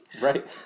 Right